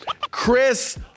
Chris